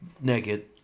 Naked